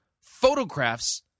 photographs